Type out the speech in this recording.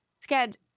scared